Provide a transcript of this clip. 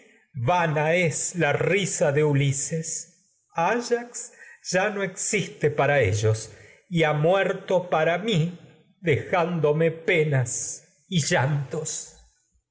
vana es la risa de ulises áyax no existe para ellos y ha muerto para mí dejándome penas y llantos